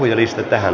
kyselytunti päättyi